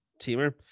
Teamer